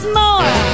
more